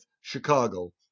Chicago